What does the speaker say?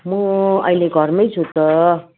म अहिले घरमै छु त